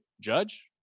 Judge